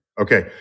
Okay